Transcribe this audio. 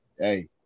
Hey